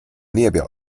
列表